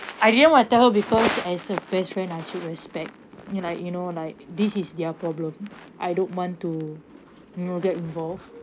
I didn't want to tell her because as a best friend I should respect like you know like this is their problem I don't want to you know get involved